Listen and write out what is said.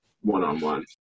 one-on-one